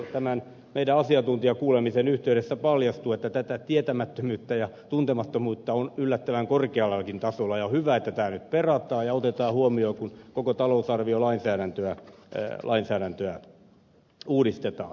tämän meidän asiantuntijakuulemisemme yhteydessä paljastui että tätä tietämättömyyttä ja tuntemattomuutta on yllättävän korkeallakin tasolla ja on hyvä että tämä nyt perataan ja otetaan huomioon kun koko talousarviolainsäädäntöä uudistetaan